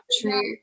true